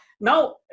now